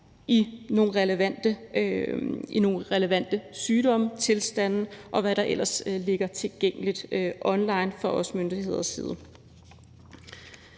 til nogle relevante sygdomstilstande, og hvad der ellers ligger tilgængeligt online fra os som myndigheders side.